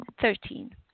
Thirteen